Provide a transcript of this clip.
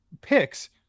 picks